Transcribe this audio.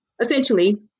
essentially